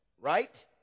Right